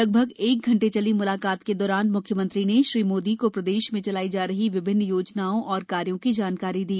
लगभग एक घंटे चली मुलाकात के दौरान मुख्यमंत्री ने श्री मोदी को प्रदेश में चलाई जा रही विभिन्न योजनाओं एवं कार्यों की जानकारी दी